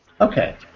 Okay